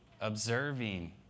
observing